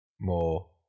more